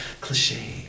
cliche